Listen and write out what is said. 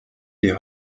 die